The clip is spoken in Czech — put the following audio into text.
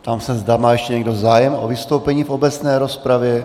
Ptám se, za má ještě někdo zájem o vystoupení v obecné rozpravě.